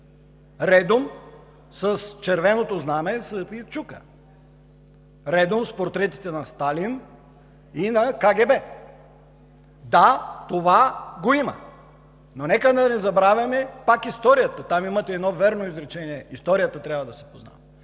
редом с червеното знаме със сърпа и чука, редом с портретите на Сталин и на КГБ. Да, това го има. Но нека да не забравяме пак историята – там имате едно вярно изречение: историята трябва да се познава